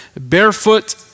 barefoot